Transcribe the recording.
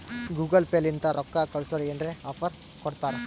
Google Pay ಲಿಂತ ರೊಕ್ಕಾ ಕಳ್ಸುರ್ ಏನ್ರೆ ಆಫರ್ ಕೊಡ್ತಾರ್